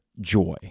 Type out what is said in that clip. joy